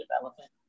development